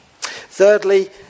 Thirdly